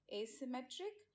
asymmetric